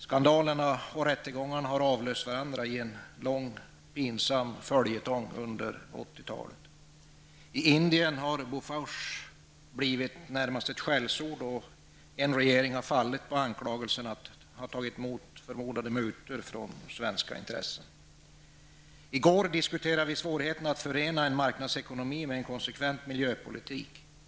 Skandalerna och rättegångarna har avlöst varandra i en lång pinsam följetong under 80-talet. I Indien har Bofors blivit närmast ett skällsord, och en regering har fallit på anklagelser om att den har tagit emot förmodade mutor från svenska intressen. I går diskuterade vi svårigheterna att förena en marknadsekonomi med en konsekvent miljöpolitik.